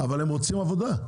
אבל הם רוצים עבודה.